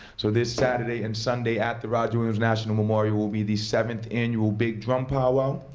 so this saturday and sunday at the roger williams national memorial will be the seventh annual big drum powwow.